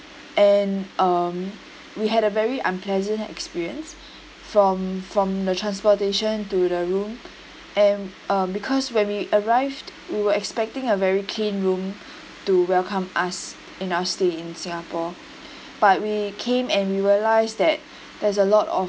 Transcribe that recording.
and um we had a very unpleasant experience from from the transportation to the room and uh because when we arrived we were expecting a very clean room to welcome us in our stay in singapore but we came and we realise that there's a lot of